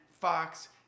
Fox